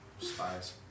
spies